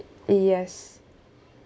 yes